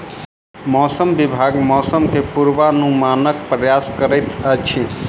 मौसम विभाग मौसम के पूर्वानुमानक प्रयास करैत अछि